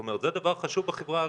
זה דבר חשוב בחברה הערבית,